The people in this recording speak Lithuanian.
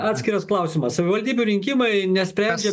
atskiras klausimas savivaldybių rinkimai nespręndžia